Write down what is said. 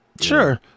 Sure